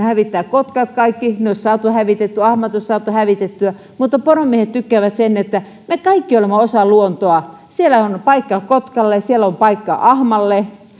hävittää kaikki kotkat ne olisi saatu hävitettyä ahmat olisi saatu hävitettyä mutta poromiehet tykkäävät että me kaikki olemme osa luontoa siellä on paikka kotkalle siellä on paikka ahmalle